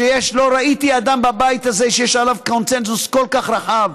לא ראיתי אדם בבית הזה שיש עליו קונסנזוס כל כך רחב,